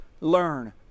learn